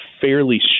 fairly